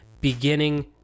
beginning